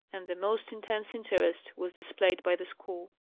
and the most intense interest was displayed by the school.